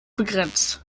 begrenzt